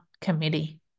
committee